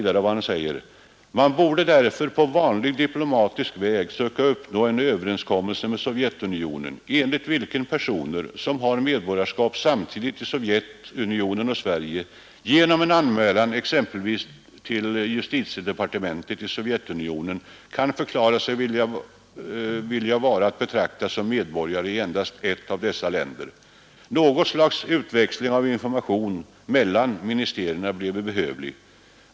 Man borde därför på vanlig diplomatisk väg söka uppnå en överenskommelse med Sovjetunionen enligt vilken personer som har medborgarskap samtidigt i Sovjetunionen och Sverige genom en anmälan t.ex. till justitiedepartementet i Sovjetunionen kan förklara sig vilja vara att betrakta som medborgare i endast ett av dessa länder. Något slags utväxling av information mellan ministerierna bleve behövlig.